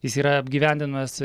jis yra apgyvendinamas